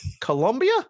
Colombia